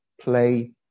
play